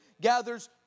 gathers